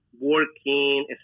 working